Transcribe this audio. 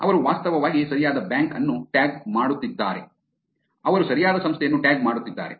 ಅವರು ವಾಸ್ತವವಾಗಿ ಸರಿಯಾದ ಬ್ಯಾಂಕ್ ಅನ್ನು ಟ್ಯಾಗ್ ಮಾಡುತ್ತಿದ್ದಾರೆ ಅವರು ಸರಿಯಾದ ಸಂಸ್ಥೆಯನ್ನು ಟ್ಯಾಗ್ ಮಾಡುತ್ತಿದ್ದಾರೆ